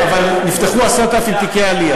זה הרבה, אבל נפתחו 10,000 תיקי עלייה.